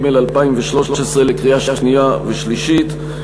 התשע"ג 2013, לקריאה שנייה ושלישית.